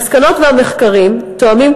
המסקנות והמחקרים תואמים,